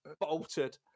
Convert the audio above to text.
bolted